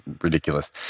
ridiculous